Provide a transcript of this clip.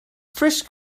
fresh